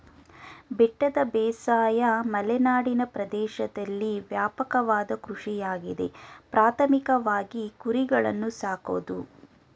ಬೆಟ್ಟದ ಬೇಸಾಯ ಮಲೆನಾಡಿನ ಪ್ರದೇಶ್ದಲ್ಲಿ ವ್ಯಾಪಕವಾದ ಕೃಷಿಯಾಗಿದೆ ಪ್ರಾಥಮಿಕವಾಗಿ ಕುರಿಗಳನ್ನು ಸಾಕೋದು